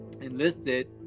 enlisted